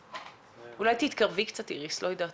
מי אינן מגיעות